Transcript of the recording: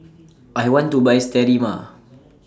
I want to Buy Sterimar